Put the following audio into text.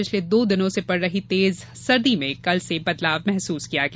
पिछले दो दिनों से पड़ रही तेज सर्दी में कल से बदलाव महसुस किया गया